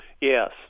yes